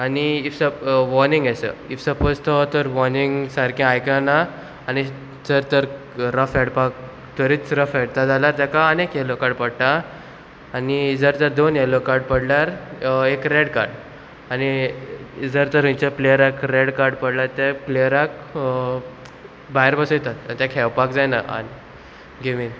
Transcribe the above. आनी इफ सप वॉर्नींग एसो इफ सपोज तो तर वॉर्नींग सारकें आयकना आनी जर तर रफ हेडपाक तरीच रफ हेडता जाल्यार तेका आनीक येलो कार्ड पडटा आनी जर तर दोन येलो कार्ड पडल्यार एक रेड कार्ड आनी जर तर थंयच्या प्लेयराक रेड कार्ड पडल्यार त्या प्लेयराक भायर बसयतात ते खेळपाक जायना आनी गेमीन